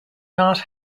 not